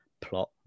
plot